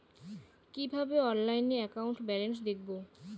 কিভাবে অনলাইনে account balance দেখবো?